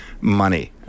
money